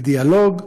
בדיאלוג,